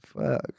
fuck